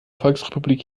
volksrepublik